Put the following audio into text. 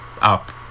up